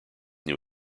new